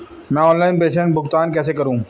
मैं ऑनलाइन प्रेषण भुगतान कैसे करूँ?